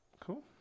Cool